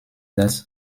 dass